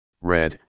red